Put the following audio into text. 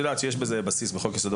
אמנם לא כעיצום כספי.